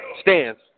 stands